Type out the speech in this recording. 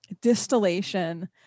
distillation